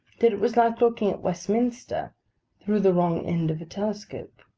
that it was like looking at westminster through the wrong end of a telescope.